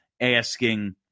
asking